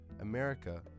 America